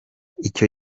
icyo